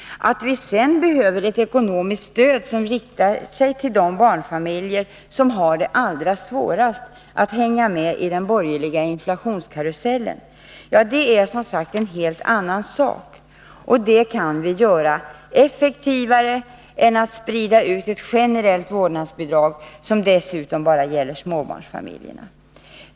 Att vi sedan behöver ett ekonomiskt stöd som riktar sig till de barnfamiljer som har det allra svårast att hänga med i den borgerliga inflationskarusellen är som sagt en helt annan sak. Det kan vi göra effektivare än genom att sprida ut ett generellt vårdnadsbidrag, som dessutom bara gäller småbarnsfamiljerna.